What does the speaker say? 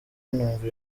numva